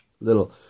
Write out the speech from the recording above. little